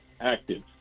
Active